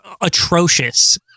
atrocious